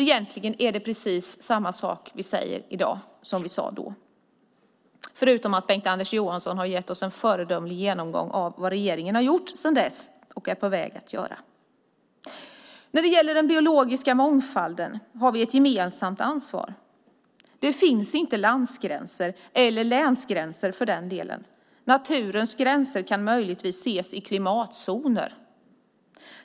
Egentligen är det precis samma sak vi säger i dag som vi sade då, förutom att Bengt-Anders Johansson har gett oss en föredömlig genomgång av vad regeringen har gjort sedan dess och är på väg att göra. När det gäller den biologiska mångfalden har vi ett gemensamt ansvar. Det finns inte landsgränser eller länsgränser. Naturens gränser kan möjligtvis ses i klimatzoner.